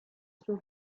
suo